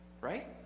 Right